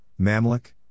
Mamluk